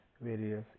various